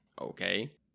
Okay